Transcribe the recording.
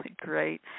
great